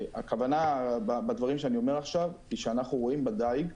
הכוונה בדברים שאני אומר עכשיו היא שאנחנו רואים בדייג,